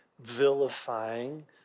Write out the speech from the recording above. vilifying